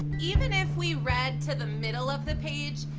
even if we read to the middle of the page,